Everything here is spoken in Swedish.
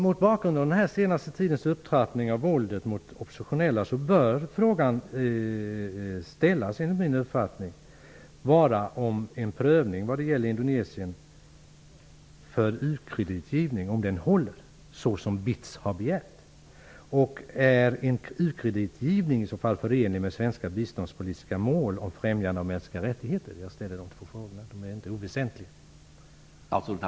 Mot bakgrund av den senaste tidens upptrappning av våldet mot oppositionella bör enligt min mening frågan ställas: Håller prövningen vad gäller ukreditgivning för Indonesien, såsom BITS har begärt? Är en u-kreditgivning i så fall förenlig med svenska biståndspolitiska mål om främjande av mänskliga rättigheter? Jag ställer dessa två frågor. De är inte oväsentliga.